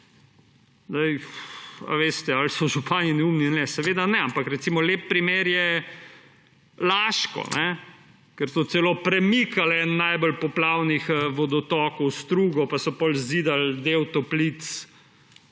a veste. Ali so župani neumni ali ne? Seveda ne. Ampak, recimo, lep primer je Laško, kjer so celo premikali enega najbolj poplavnih vodotokov, strugo, pa so potem zidali del toplic